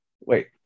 Wait